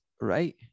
right